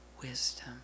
wisdom